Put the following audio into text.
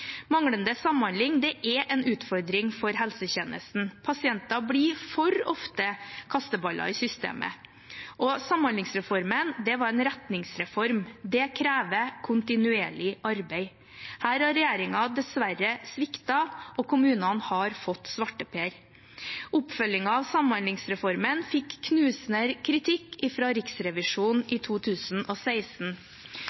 Manglende samhandling er en utfordring for helsetjenesten. Pasienter blir for ofte kasteballer i systemet. Samhandlingsreformen var en retningsreform. Det krever kontinuerlig arbeid. Her har regjeringen dessverre sviktet, og kommunene har fått svarteper. Oppfølgingen av samhandlingsreformen fikk knusende kritikk fra Riksrevisjonen i